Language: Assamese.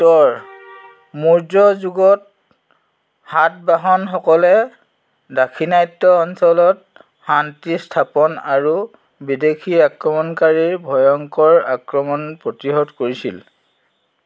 উত্তৰ মৌৰ্য যুগত সাতবাহনসকলে দাক্ষিণাত্য অঞ্চলত শান্তি স্থাপন আৰু বিদেশী আক্ৰমণকাৰীৰ ভয়ংকৰ আক্ৰমণ প্ৰতিহত কৰিছিল